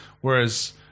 Whereas